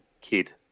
kid